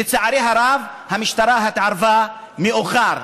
לצערי הרב, המשטרה התערבה מאוחר.